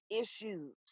issues